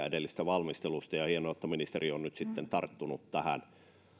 edellisestä valmistelusta hienoa että ministeri on nyt sitten tarttunut tähän